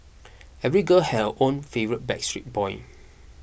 every girl had her own favourite Backstreet Boy